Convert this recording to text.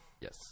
Yes